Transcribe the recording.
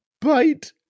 Bite